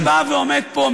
ומי שבא ועומד פה,